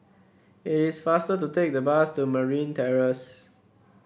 it is faster to take the bus to Marine Terrace